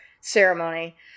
ceremony